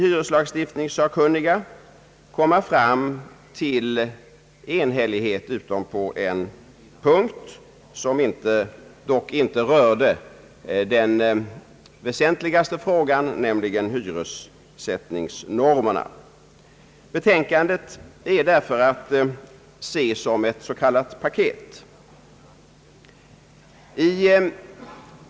Hyreslagstiftningssakkunniga lyckades komma fram till enhällighet utom på en punkt, som dock inte rörde den väsentligaste frågan, nämligen hyressättningsnormerna. Betänkandet är därför att se som ett s.k. paket.